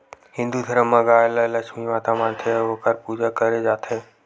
हिंदू धरम म गाय ल लक्छमी माता मानथे अउ ओखर पूजा करे जाथे